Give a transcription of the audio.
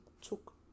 took